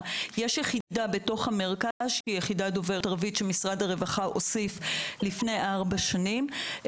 יחידה בתוך המרכז שהיא יחידה דוברת ערבית לפני ארבע שנים.